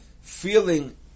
feeling